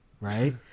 right